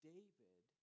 David